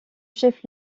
chef